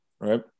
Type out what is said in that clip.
right